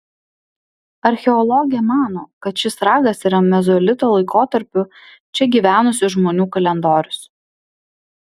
archeologė mano kad šis ragas yra mezolito laikotarpiu čia gyvenusių žmonių kalendorius